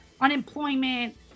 unemployment